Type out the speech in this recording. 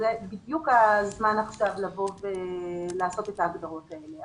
זה בדיוק הזמן עכשיו לבוא ולהגדיר את ההגדרות האלה.